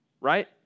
right